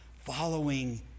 following